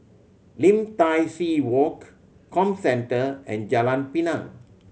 Lim Tai See Walk Comcentre and Jalan Pinang